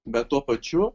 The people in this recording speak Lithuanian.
bet tuo pačiu